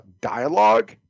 dialogue